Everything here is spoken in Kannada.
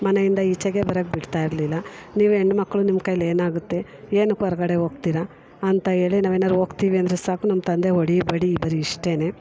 ಮನೆಯಿಂದ ಈಚೆಗೆ ಬರೋಕೆ ಬಿಡ್ತಾಯಿರ್ಲಿಲ್ಲ ನೀವು ಹೆಣ್ಮಕ್ಳು ನಿಮ್ಮ ಕೈಯ್ಯಲ್ಲಿ ಏನಾಗುತ್ತೆ ಏನಕ್ಕೆ ಹೊರ್ಗಡೆ ಹೋಗ್ತೀರ ಅಂತ ಹೇಳಿ ನಾವೇನಾದ್ರು ಹೋಗ್ತೀವಿ ಅಂದರೆ ಸಾಕು ನಮ್ಮ ತಂದೆ ಹೊಡಿ ಬಡಿ ಬರೀ ಇಷ್ಟೇನೇ